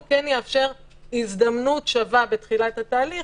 הוא יאפשר הזדמנות שווה בתחילת התהליך